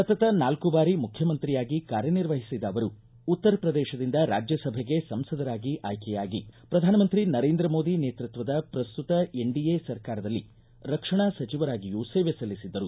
ಸತತ ನಾಲ್ಕು ಬಾರಿ ಮುಖ್ಯಮಂತ್ರಿಯಾಗಿ ಕಾರ್ಯನಿರ್ವಹಿಸಿದ ಅವರು ಉತ್ತರ ಪ್ರದೇಶದಿಂದ ರಾಜ್ಯಸಭೆಗೆ ಸಂಸದರಾಗಿ ಆಯ್ಕೆಯಾಗಿ ಪ್ರಧಾನಮಂತ್ರಿ ನರೇಂದ್ರ ಮೋದಿ ನೇತೃತ್ವದ ಪ್ರಸ್ತುತ ಎನ್ಡಿಎ ಸರ್ಕಾರದಲ್ಲಿ ರಕ್ಷಣಾ ಸಚಿವರಾಗಿಯೂ ಸೇವೆ ಸಲ್ಲಿಸಿದ್ದರು